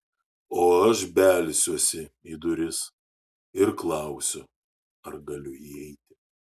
o aš belsiuosi į duris ir klausiu ar galiu įeiti